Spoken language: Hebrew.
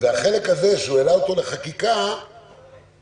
והחלק הזה שהוא העלה לחקיקה פוקע